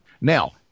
Now